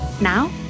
Now